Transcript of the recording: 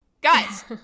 Guys